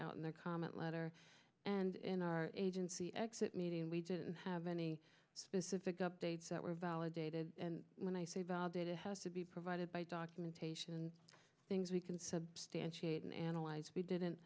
out in their comment letter and in our agency exit meeting we didn't have any specific updates that were validated and when i say validate it has to be provided by documentation and things we can substantiate and analyze we didn't